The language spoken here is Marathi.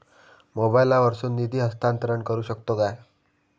मोबाईला वर्सून निधी हस्तांतरण करू शकतो काय?